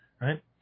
right